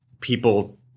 people